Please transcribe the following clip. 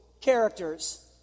characters